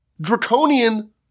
draconian